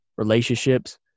relationships